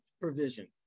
provision